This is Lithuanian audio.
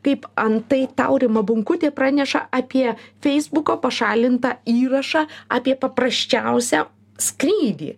kaip antai taurima bunkutė praneša apie feisbuko pašalintą įrašą apie paprasčiausią skrydį